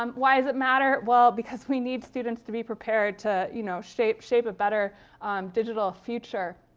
um why does it matter? well, because we need students to be prepared to you know shape shape a better digital future.